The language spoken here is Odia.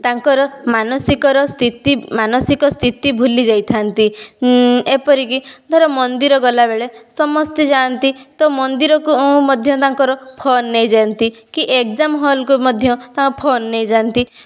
ତାଙ୍କର ମାନସିକର ସ୍ଥିତି ମାନସିକ ସ୍ଥିତି ଭୁଲି ଯାଇଥାନ୍ତି ଏପରିକି ଧର ମନ୍ଦିର ଗଲାବେଳେ ସମସ୍ତେ ଯାଆନ୍ତି ତ ମନ୍ଦିରକୁ ମଧ୍ୟ ତାଙ୍କର ଫୋନ ନେଇଯାନ୍ତି କି ଏଗଜାମ ହଲକୁ ମଧ୍ୟ ତାଙ୍କ ଫୋନ ନେଇଯାନ୍ତି